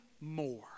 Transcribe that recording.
more